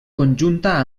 conjunta